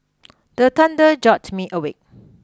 the thunder jolt me awake